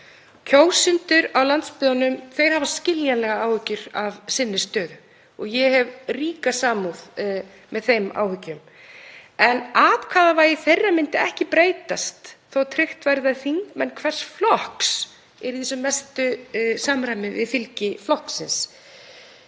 Kjósendur á landsbyggðinni hafa skiljanlega áhyggjur af sinni stöðu. Ég hef ríka samúð með þeim áhyggjum en atkvæðavægi þeirra myndi ekki breytast þótt tryggt væri að þingmenn hvers flokks yrðu í sem mestu samræmi við fylgi flokksins.